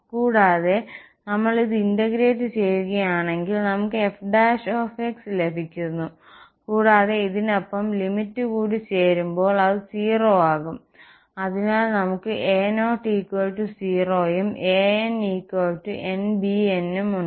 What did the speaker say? കൂടാതെ നമ്മൾ ഇത് ഇന്റഗ്രേറ്റ് ചെയ്യുകയാണെങ്കിൽ നമുക്ക് f ലഭിക്കുന്നു കൂടാതെ ഇതിനൊപ്പം ലിമിറ് കൂടി ചേരുമ്പോൾ അത് 0 ആകും അതിനാൽ നമുക്ക് a'0 0 ഉം a'n nbn ഉം ഉണ്ട്